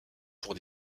pour